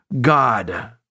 God